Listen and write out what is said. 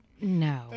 no